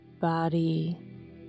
body